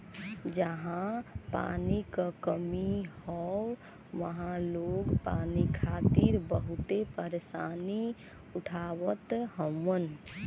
जहां पानी क कमी हौ वहां लोग पानी खातिर बहुते परेशानी उठावत हउवन